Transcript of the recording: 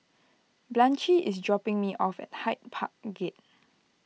Blanchie is dropping me off at Hyde Park Gate